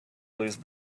lose